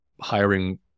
hiring